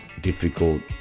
difficult